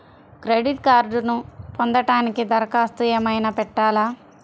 Credit కార్డ్ను పొందటానికి దరఖాస్తు ఏమయినా పెట్టాలా?